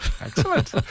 Excellent